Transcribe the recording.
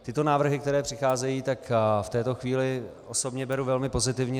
Tyto návrhy, které přicházejí, v této chvíli osobně beru velmi pozitivně.